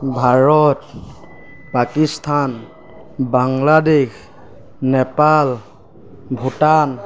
Bharat Pakistan Bangladesh Nepal Bhutan